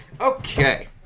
Okay